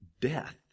death